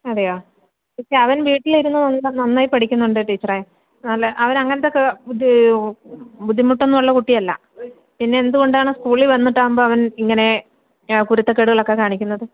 അതെയോ ടീച്ചറെ അവൻ വീട്ടിലിരുന്ന് നന്നായി പഠിക്കുന്നുണ്ട് ടീച്ചറേ നല്ല അവനങ്ങനത്തെ ബുദ്ധിമുട്ടൊന്നുമുള്ള കുട്ടിയല്ല പിന്നെയെന്തു കൊണ്ടാണ് സ്കൂളിൽ വന്നിട്ടാകുമ്പോൾ അവൻ ഇങ്ങനെ കുരുത്തക്കേടുകളൊക്കെ കാണിക്കുന്നത്